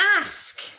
ask